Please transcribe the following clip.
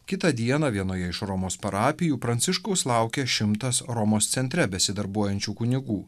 kitą dieną vienoje iš romos parapijų pranciškaus laukia šimtas romos centre besidarbuojančių kunigų